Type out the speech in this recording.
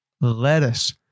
Lettuce